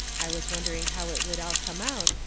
i was wondering how it would all come out,